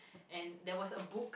and there was a book